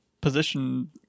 position